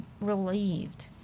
relieved